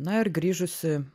na ir grįžusi